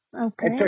Okay